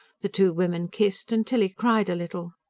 the two women kissed, and tilly cried a little.